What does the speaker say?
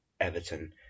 Everton